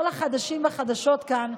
כל החדשים והחדשות כאן,